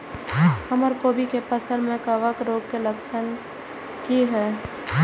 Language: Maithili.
हमर कोबी के फसल में कवक रोग के लक्षण की हय?